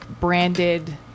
branded